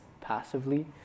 passively